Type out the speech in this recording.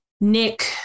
Nick